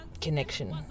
connection